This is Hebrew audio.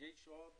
שיש עוד